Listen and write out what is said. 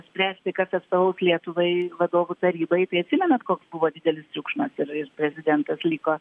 spręsti kas atstovaus lietuvai vadovų taryboj tai atsimenat koks buvo didelis triukšmas ir ir prezidentas liko